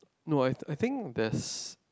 no I I think that's